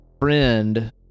friend